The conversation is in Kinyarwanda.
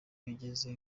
bigeze